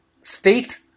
state